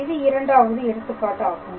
இது 2 வது எடுத்துக்காட்டாகும்